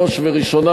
ראש ובראשונה,